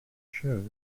shows